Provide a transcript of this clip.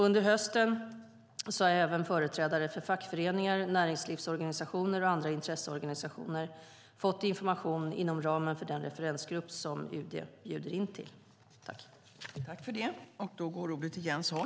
Under hösten har även företrädare för fackföreningar, näringslivsorganisationer och andra intresseorganisationer fått information inom ramen för den referensgrupp som UD bjuder in till.